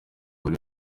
buri